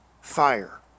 fire